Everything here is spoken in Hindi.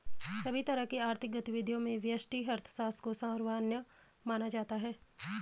सभी तरह की आर्थिक गतिविधियों में व्यष्टि अर्थशास्त्र को सर्वमान्य माना जाता है